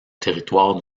territoire